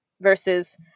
Versus